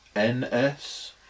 NS